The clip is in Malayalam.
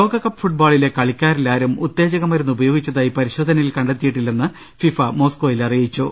ലോകകപ്പ് ഫൂട്ബോളിലെ കളിക്കാരിലാരും ഉത്തേജകമരുന്ന് ഉപയോഗിച്ചതായി പരിശോധനയിൽ കണ്ടെത്തിയിട്ടില്ലെന്ന് ഫിഫ മോസ്കോയിൽ അറിയിച്ചു